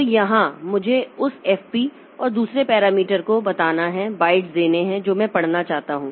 तो यहाँ मुझे उस f p और दूसरे पैरामीटर को मुझे बताना है बाइट्स देने हैं जो मैं पढ़ना चाहता हूं